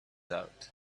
out